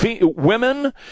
Women